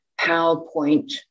PowerPoint